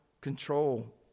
control